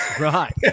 Right